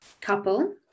couple